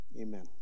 amen